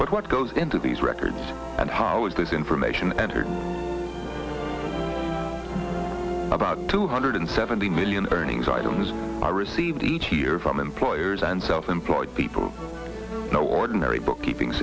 but what goes into these records and how is this information entered about two hundred seventy million earnings items i received each year from employers and self employed people no ordinary bookkeeping